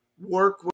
work